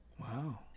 Wow